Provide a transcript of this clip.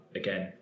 again